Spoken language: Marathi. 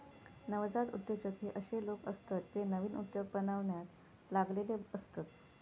नवजात उद्योजक हे अशे लोक असतत जे नवीन उद्योग बनवण्यात लागलेले असतत